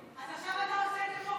אז עכשיו אתה עושה את זה פה כשר המשפטים?